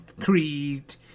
creed